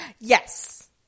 Yes